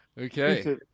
Okay